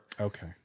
Okay